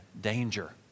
danger